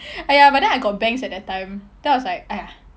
!aiya! but then I got bangs at that time then I was like !aiya!